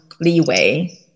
leeway